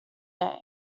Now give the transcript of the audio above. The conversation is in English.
day